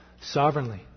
sovereignly